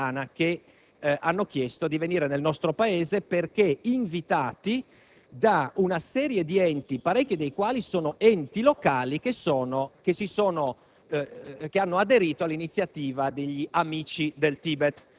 un gruppo composto di 19 elementi di origine tibetana che hanno chiesto di venire nel nostro Paese perché invitati da una serie di enti, parecchi dei quali sono enti locali che hanno aderito